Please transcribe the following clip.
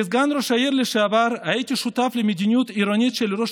כסגן ראש העיר לשעבר הייתי שותף למדיניות העירונית של ראש